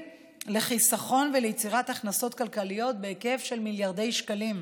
לחיסכון וליצירת הכנסות כלכליות בהיקף של מיליארדי שקלים.